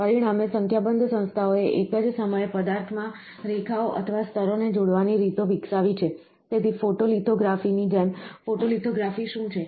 પરિણામે સંખ્યાબંધ સંસ્થાઓએ એક જ સમયે પદાર્થમાં રેખાઓ અથવા સ્તરોને જોડવાની રીતો વિકસાવી છે તેથી ફોટોલિથોગ્રાફીની જેમ ફોટોલિથોગ્રાફી શું છે